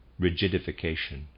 rigidification